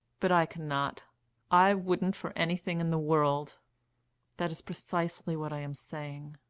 but i cannot i wouldn't for anything in the world that is precisely what i am saying.